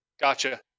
Gotcha